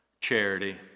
Charity